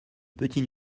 petits